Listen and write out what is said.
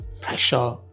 pressure